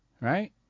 right